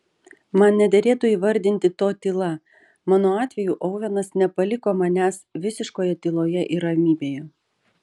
man nederėtų įvardinti to tyla mano atveju ovenas nepaliko manęs visiškoje tyloje ir ramybėje